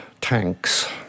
tanks